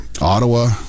Ottawa